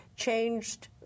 Changed